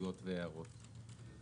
התייחסויות והערות.